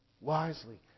wisely